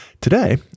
Today